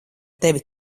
tevi